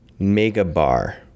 megabar